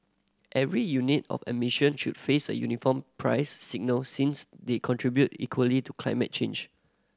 every unit of emission should face a uniform price signal since they contribute equally to climate change